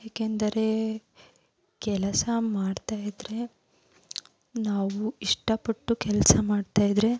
ಏಕೆಂದರೆ ಕೆಲಸ ಮಾಡ್ತಾಯಿದ್ರೆ ನಾವು ಇಷ್ಟಪಟ್ಟು ಕೆಲಸ ಮಾಡ್ತಾಯಿದ್ರೆ